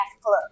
Club